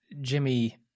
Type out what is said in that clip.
Jimmy